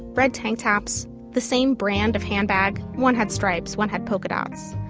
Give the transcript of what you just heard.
red tank tops, the same brand of handbag one had stripes, one had polka dots.